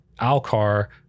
Alcar